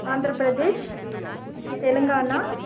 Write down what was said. Andhra Pradesh Telangana